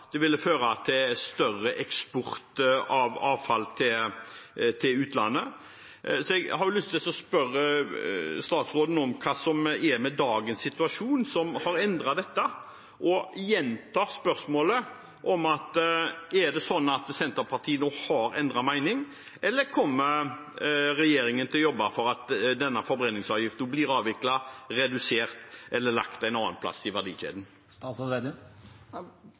ville føre til større eksport av avfall til utlandet. Så jeg har lyst til å spørre statsråden om hva som er med dagens situasjon som har endret dette – og gjenta spørsmålet: Er det slik at Senterpartiet nå har endret mening, eller kommer regjeringen til å jobbe for at denne avfallsforbrenningsavgiften blir avviklet, redusert eller lagt en annen plass i verdikjeden?